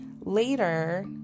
Later